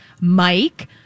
mike